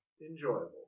enjoyable